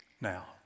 Now